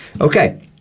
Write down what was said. Okay